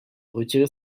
retirer